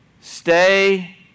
stay